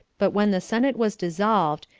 but when the senate was dissolved,